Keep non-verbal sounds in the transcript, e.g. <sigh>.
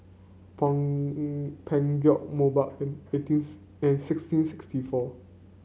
<unintelligible> Peugeot Mobot and eighteens and sixteen sixty four